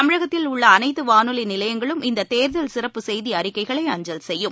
தமிழகத்தில் உள்ள அனைத்து வானொலி நிலையங்களும் இந்த தேர்தல் சிறப்பு செய்தி அறிக்கைகளை அஞ்சல் செய்யும்